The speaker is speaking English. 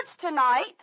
tonight